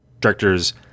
directors